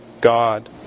God